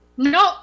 No